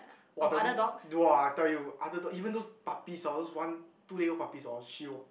!wah! the mm !wah! I tell you other dog even those puppies orh those one two day old puppies orh she will